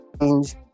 change